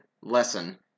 lesson